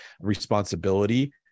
responsibility